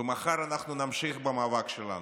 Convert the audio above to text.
ומחר אנחנו נמשיך במאבק שלנו.